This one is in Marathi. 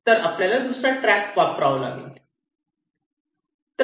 तर आपल्याला दुसरा ट्रॅक वापरावा लागेल